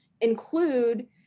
include